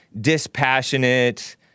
Dispassionate